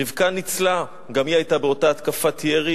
רבקה ניצלה, גם היא היתה באותה התקפת ירי